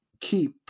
keep